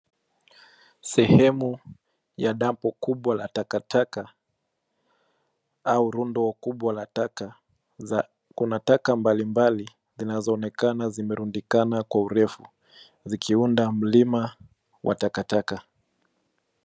Sehemu ya dampu kubwa la takataka au rundo kubwa la taka za- kuna taka mbalimbali zinazoonekana zimerundikana kwa urefu zikiunda mlima wa takataka.